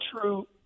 true